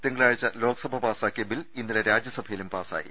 തിങ്കളാഴ്ച ലോക്സഭ പാസ്സാക്കിയ ബിൽ ഇന്നലെ രാജ്യസഭയിലും പാസ്സായി